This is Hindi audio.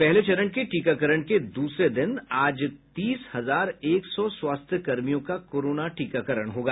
पहले चरण के टीकाकरण के दूसरे दिन आज तीस हजार एक सौ स्वास्थ्यकर्मियों का कोरोना टीकाकरण होगा